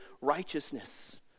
righteousness